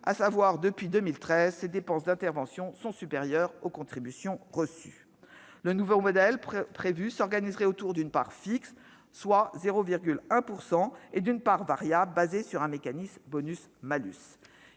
ciseaux : depuis 2013, ses dépenses d'intervention sont supérieures aux contributions reçues. Le nouveau modèle prévu s'organiserait autour d'une part fixe, soit 0,1 %, et d'une part variable basée sur le mécanisme du bonus-malus.